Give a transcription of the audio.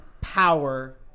power